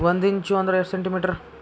ಒಂದಿಂಚು ಅಂದ್ರ ಎಷ್ಟು ಸೆಂಟಿಮೇಟರ್?